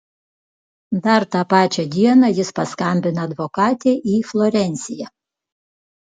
dar tą pačią dieną jis paskambina advokatei į florenciją